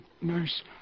nurse